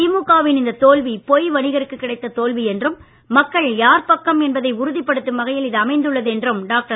திமுக வின் இந்த தோல்வி பொய் வணிகருக்கு கிடைத்த தோல்வி என்றும் மக்கள் யார் பக்கம் என்பதை உறுதிப்படுத்தும் வகையில் இது அமைந்துள்ளது என்றும் டாக்டர்